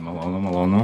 malonu malonu